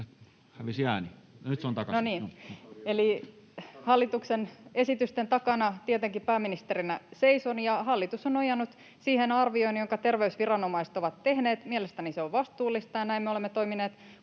hallituksen esitysten takana tietenkin pääministerinä seison, ja hallitus on nojannut siihen arvioon, jonka terveysviranomaiset ovat tehneet. Mielestäni se on vastuullista, ja näin me olemme toimineet